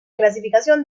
clasificación